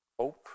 Hope